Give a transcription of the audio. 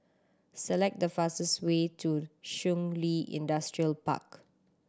select the fastest way to Shun Li Industrial Park